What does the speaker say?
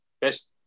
Best